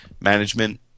management